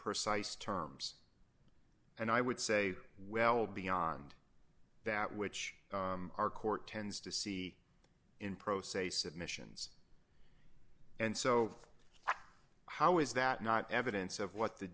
precise terms and i would say well beyond that which our court tends to see in pro se submissions and so how is that not evidence of what the